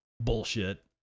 bullshit